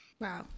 Wow